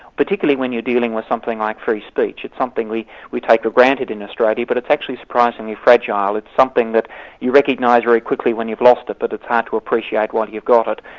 particularly when you're dealing with something like free speech, it's something we we take for granted in australia, but it's actually surprisingly fragile. it's something that you recognise very quickly when you've lost it, but it's hard to appreciate while you've got it.